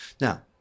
Now